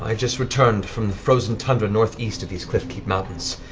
ah just returned from the frozen tundra northeast of these cliffkeep mountains,